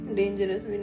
dangerous